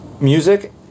music